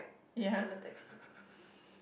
ya